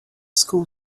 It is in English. school